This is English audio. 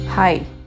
Hi